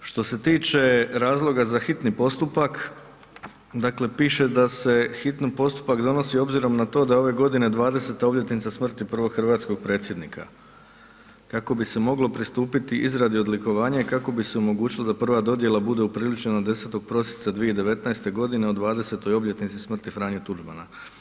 Što se tiče razloga za hitni postupak, dakle piše da se hitni postupak donosi na to obzirom da je ove godine 20-ta obljetnica smrti prvog hrvatskog predsjednika kako bi se moglo pristupiti izradi odlikovanja i kako bi se omogućilo da prva dodjela bude upriličena 10. prosinca 2019. godine o 20-toj obljetnici smrti Franje Tuđmana.